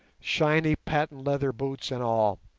shiny patent leather boots and all.